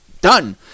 done